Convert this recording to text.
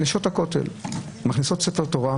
נשות הכותל מכניסות לכותל ספר תורה,